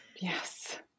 Yes